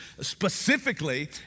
specifically